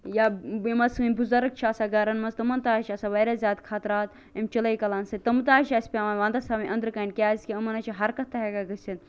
یا یِم حظ سٲنٛۍ بُزرگ چھِ آسان گَرَن مَنٛز تمن تہ حظ چھِ آسن واریاہ زیادٕ خطرات امہ چِلے کلان سۭتۍ تِم تہٕ حظ چھِ اَسہِ پیٚوان وَندَس تھاوٕن إندرٕ کنہ کیازکہِ یِمن حظ چھِ حَرکت تہ ہیٚکان گٔژھِتھ